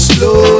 Slow